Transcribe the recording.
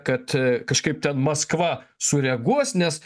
kad kažkaip ten maskva sureaguos nes